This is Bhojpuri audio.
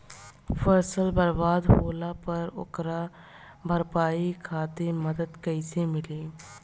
फसल बर्बाद होला पर ओकर भरपाई खातिर मदद कइसे मिली?